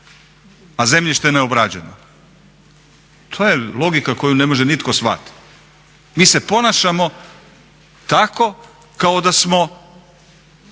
a zemljište je neobrađeno. To je logika koju ne može nitko shvatiti. Mi se ponašamo tako kao da smo